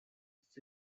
its